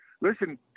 Listen